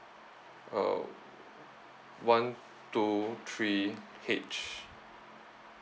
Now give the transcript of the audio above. oh one two three H